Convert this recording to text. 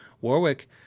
Warwick